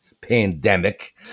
pandemic